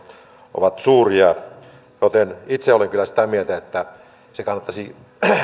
ovat suuria joten itse olen kyllä sitä mieltä että se kannattaisi